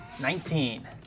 Nineteen